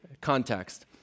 context